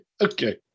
Okay